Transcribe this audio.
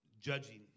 judging